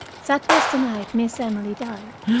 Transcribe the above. that was the night miss emily died.